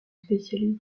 spécialiste